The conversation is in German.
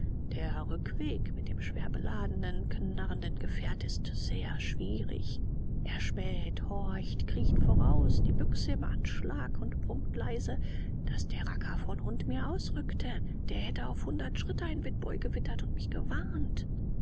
der rückweg mit dem schwer beladenen knarrenden gefährt ist sehr schwierig er späht horcht kriecht voraus die büchse im anschlag und brummt leise daß der racker von hund mir ausrückte der hätte auf hundert schritt einen witboi gewittert und mich gewarnt